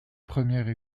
première